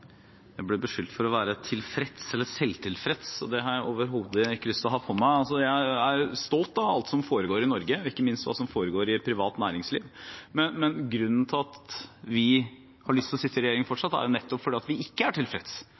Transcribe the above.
Jeg ble beskyldt for å være selvtilfreds, og det har jeg overhodet ikke lyst til å ha på meg. Jeg er stolt over alt som foregår i Norge, ikke minst det som foregår i privat næringsliv. Grunnen til at vi har lyst til å sitte i regjering fortsatt, er jo nettopp at vi ikke er tilfreds.